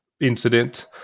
incident